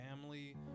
family